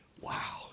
Wow